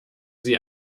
sie